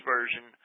Version